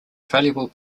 valuable